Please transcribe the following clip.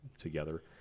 together